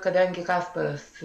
kadangi kasparas